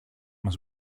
μας